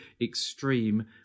extreme